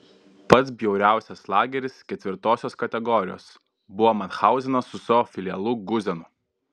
pats bjauriausias lageris ketvirtosios kategorijos buvo mathauzenas su savo filialu guzenu